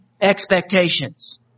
expectations